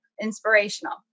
inspirational